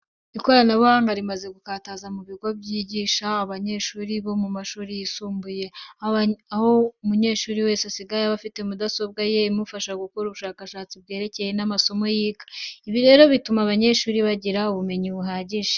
Ikoranabuhanga rimaze gukataza mu bigo byinshi byigisha abanyeshuri bo mu mashuri yisumbuye, aho buri munyeshuri wese asigaye aba afite mudasobwa ye imufasha gukora ubushakashatsi bwerekeranye n'amasomo yiga. Ibi rero bituma aba banyeshuri bagira ubumenyi buhagije.